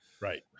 Right